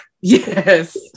Yes